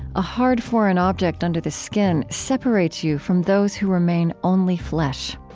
a hard foreign object under the skin separates you from those who remain only flesh.